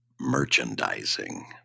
merchandising